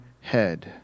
head